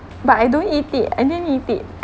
but I don't eat it I didn't eat it